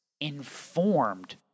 informed